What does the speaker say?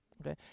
okay